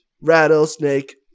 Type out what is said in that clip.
rattlesnake